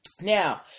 Now